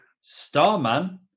Starman